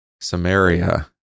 Samaria